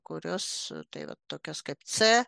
kurios tai vat tokios kaip c